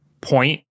point